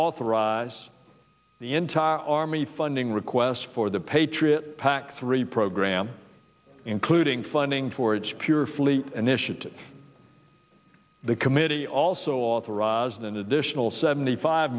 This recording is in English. authorize the entire army funding request for the patriot pac three program including funding for its pure fleet an issue to the committee also authorized an additional seventy five